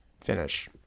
finish